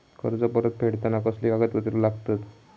कर्ज परत फेडताना कसले कागदपत्र लागतत?